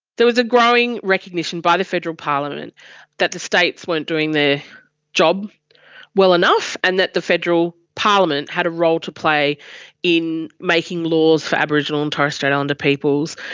there was a growing recognition by the federal parliament that the states weren't doing their job well enough and that the federal parliament had a role to play in making laws for aboriginal and torres strait islander peoples.